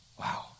Wow